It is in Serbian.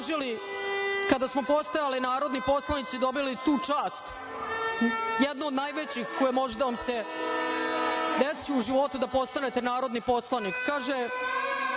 položili kada smo postajali narodni poslanici i dobili tu čast, jednu od najvećih koja može da vam se desi u životu, da postanete narodni poslanik. Kaže